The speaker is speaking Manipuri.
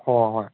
ꯍꯣꯏ ꯍꯣꯏ